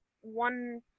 one